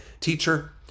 teacher